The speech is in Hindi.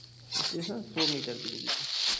स्टेशन सौ मीटर की दूरी पर